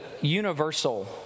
universal